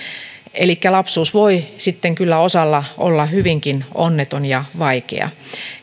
elikkä lapsuus voi sitten kyllä osalla olla hyvinkin onneton ja vaikea